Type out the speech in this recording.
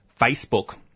Facebook